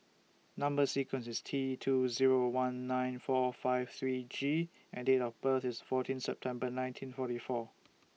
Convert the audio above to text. Number sequence IS T two Zero one nine four five three G and Date of birth IS fourteen September nineteen forty four